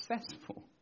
successful